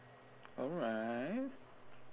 alright